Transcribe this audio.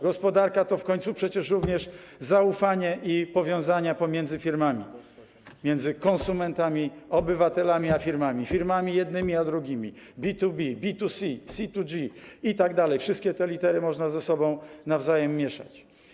Gospodarka to w końcu przecież również zaufanie i powiązania pomiędzy firmami, między konsumentami, obywatelami a firmami, firmami jednymi a drugimi, B2B, B2C, C2G itd., wszystkie te litery można ze sobą nawzajem mieszać.